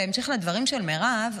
בהמשך לדברים של מירב,